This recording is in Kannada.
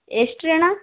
ಎಷ್ಟು ರೀ ಅಣ್ಣ